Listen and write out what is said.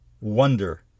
wonder